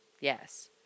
yes